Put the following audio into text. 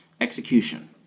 execution